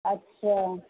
अच्छा